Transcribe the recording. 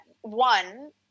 one